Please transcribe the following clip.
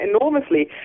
enormously